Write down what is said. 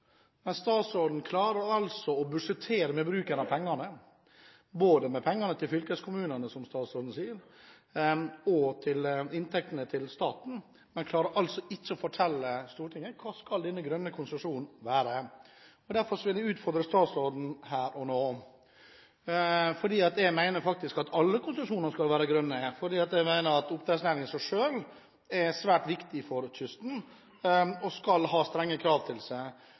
Men statsråden klarer altså å budsjettere med bruken av pengene, både med pengene til fylkeskommunene – som statsråden sier – og inntektene til staten, men klarer ikke å fortelle Stortinget hva disse grønne konsesjonene skal være. Derfor vil jeg utfordre statsråden her og nå. Jeg mener faktisk at alle konsesjoner skal være grønne, fordi oppdrettsnæringen i seg selv er svært viktig for kysten og skal ha strenge krav til seg.